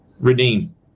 redeem